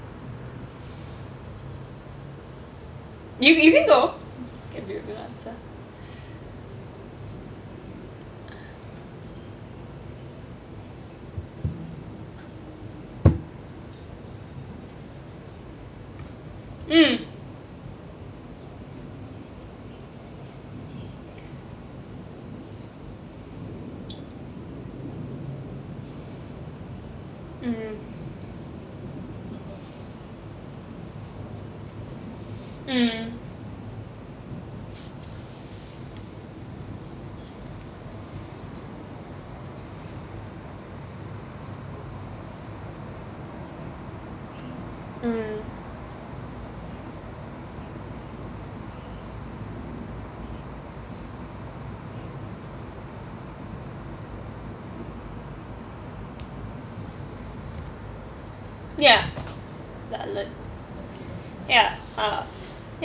you you can go can build with your answer mm mm mm mm ya that I learnt ya uh